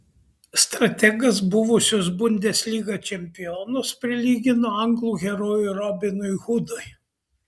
strategas buvusius bundesliga čempionus prilygino anglų herojui robinui hudui